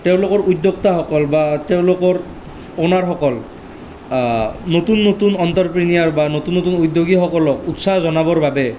তেওঁলোকৰ উদ্যোক্তাসকল বা তেওঁলোকৰ অ'নাৰসকল নতুন নতুন অণ্টৰপ্ৰিনিয়ৰ বা নতুন নতুন উদ্যোগীসকলক উৎসাহ জনাবৰ বাবে